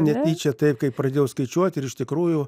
netyčia taip kai pradėjau skaičiuoti ir iš tikrųjų